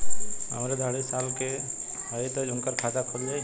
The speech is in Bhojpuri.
हमरे दादी साढ़ साल क हइ त उनकर खाता खुल जाई?